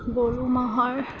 গৰু ম'হৰ